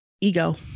ego